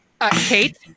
Kate